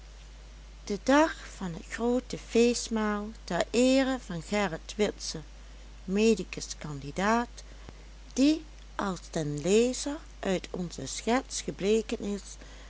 de dag van het groote feestmaal ter eere van gerrit witse med cand die als den lezer uit onze schets gebleken is